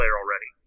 already